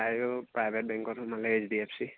তাইও প্ৰাইভেট বেংকত সোমালে এইচ ডি এফ চি